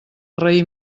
raïm